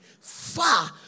far